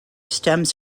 stems